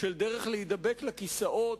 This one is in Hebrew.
של דרך להידבק לכיסאות,